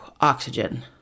oxygen